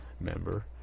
member